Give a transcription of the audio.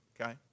okay